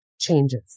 changes